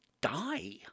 die